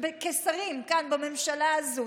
כשרים כאן, בממשלה הזאת.